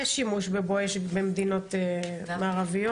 יש שימוש ב"בואש" במדינות מערביות,